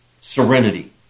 Serenity